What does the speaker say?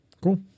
Cool